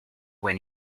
when